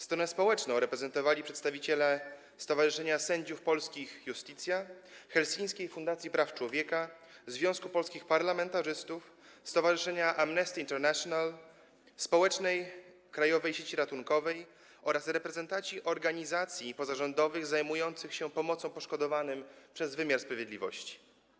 Stronę społeczną reprezentowali przedstawiciele Stowarzyszenia Sędziów Polskich Iustitia, Helsińskiej Fundacji Praw Człowieka, Związku Polskich Parlamentarzystów, Stowarzyszenia Amnesty International, Społecznej Krajowej Sieci Ratunkowej oraz reprezentanci organizacji pozarządowych zajmujących się pomocą poszkodowanym przez wymiar sprawiedliwości.